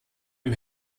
dem